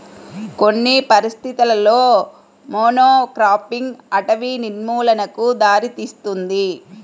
కొన్ని పరిస్థితులలో మోనోక్రాపింగ్ అటవీ నిర్మూలనకు దారితీస్తుంది